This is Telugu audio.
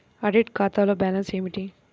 ఆడిట్ ఖాతాలో బ్యాలన్స్ ఏమిటీ?